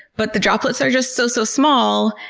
but the droplets are just so so small,